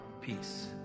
peace